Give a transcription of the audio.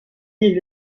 est